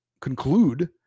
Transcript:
conclude